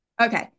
Okay